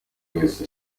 wese